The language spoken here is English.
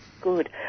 Good